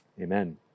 Amen